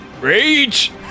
rage